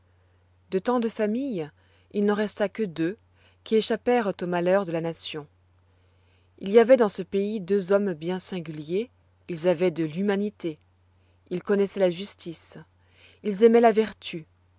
de tant de familles il n'en resta que deux qui échappèrent aux malheurs de la nation il y avoit dans ce pays deux hommes bien singuliers ils avoient de l'humanité ils connaissoient la justice ils aimoient la vertu